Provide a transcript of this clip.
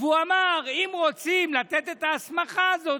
והוא אמר: אם רוצים לתת את ההסמכה הזאת,